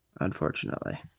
unfortunately